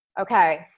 okay